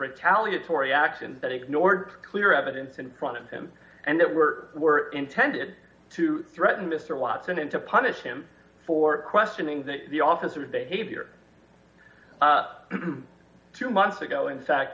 retaliatory acts and that ignored clear evidence in front of him and that were were intended to threaten mr watson and to punish him for questioning the officers behavior two months ago in fact